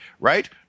Right